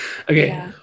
Okay